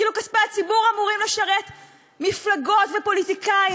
כאילו כספי הציבור אמורים לשרת מפלגות ופוליטיקאים.